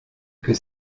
que